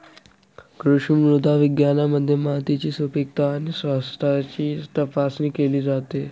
कृषी मृदा विज्ञानामध्ये मातीची सुपीकता आणि स्वास्थ्याची तपासणी केली जाते